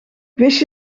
wist